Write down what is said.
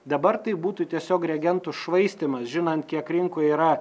dabar tai būtų tiesiog reagentų švaistymas žinant kiek rinkoj yra